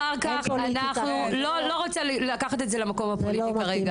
אחר כך, לא רוצה לקחת את זה למקום הפוליטי כרגע.